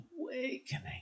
awakening